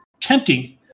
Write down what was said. tempting